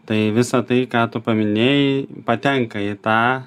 tai visa tai ką tu paminėjai patenka į tą